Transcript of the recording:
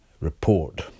Report